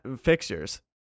fixtures